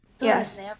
Yes